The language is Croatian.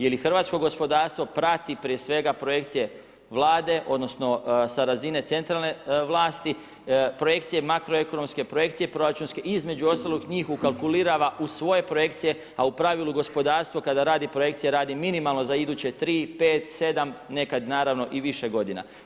Jer i hrvatsko gospodarstvo prati prije svega projekcije vlade, odnosno sa razine centralne vlasti projekcije makro ekonomske, projekcije proračunske i između ostalog njih ukalkulirava u svoje projekcije, a u pravilo gospodarstvo kada radi projekcije radi minimalno za iduće 3, 5, 7, nekad naravno i više godina.